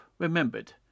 Remembered